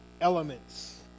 elements